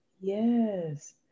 Yes